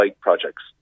Projects